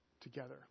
together